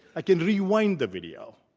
i can rewind the video.